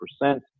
Percent